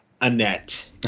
Annette